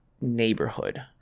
neighborhood